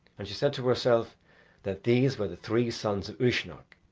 and she said to herself that these were the three sons of uisnech,